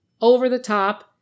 over-the-top